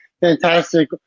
fantastic